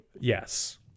Yes